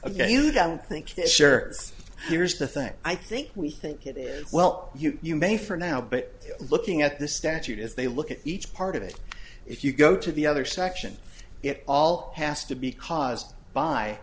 i don't think that sure here's the thing i think we think it is well you may for now but looking at the statute as they look at each part of it if you go to the other section it all has to be caused by